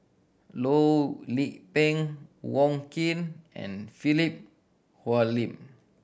Loh Lik Peng Wong Keen and Philip Hoalim